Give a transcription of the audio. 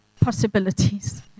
possibilities